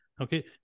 Okay